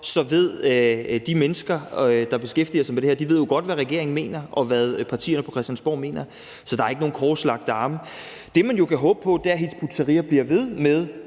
ved de mennesker, der beskæftiger sig med det her, jo godt, hvad regeringen mener, og hvad partierne på Christiansborg mener. Så der er ikke nogen korslagte arme. Det, man jo kan håbe på, er, at Hizb ut-Tahrir bliver ved med